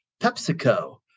PepsiCo